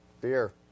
Beer